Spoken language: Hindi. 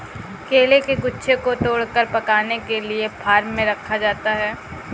केले के गुच्छों को तोड़कर पकाने के लिए फार्म में रखा जाता है